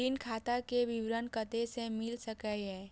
ऋण खाता के विवरण कते से मिल सकै ये?